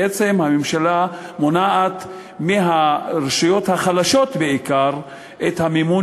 בעצם הממשלה מונעת מהרשויות החלשות בעיקר את המימון